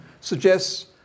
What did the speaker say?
suggests